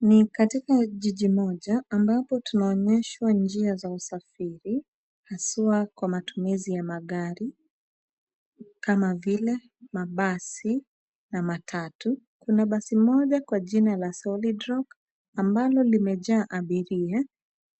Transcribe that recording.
Ni katika jiji moja ambapo tunaonyeshwa njia za usafiri haswa kwa matumizi ya magari kama vile mabasi na matatu. Kuna basi moja kwa jina la Solid Rock , ambalo limejaa abiria